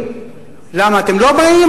למה אתם לא באים,